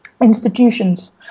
institutions